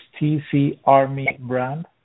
tcarmybrand